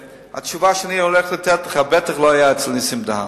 התשובה שאני הולך לתת לך בטח לא היתה אצל נסים דהן.